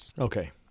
Okay